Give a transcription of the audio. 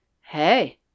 hey